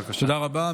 תודה רבה,